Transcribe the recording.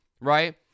right